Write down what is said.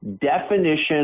definition